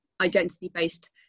identity-based